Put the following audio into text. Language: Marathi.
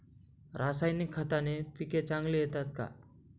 रासायनिक खताने पिके चांगली येतात का?